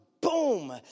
boom